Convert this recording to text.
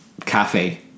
cafe